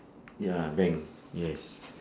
ya bank yes